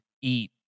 eat